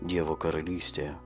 dievo karalystėje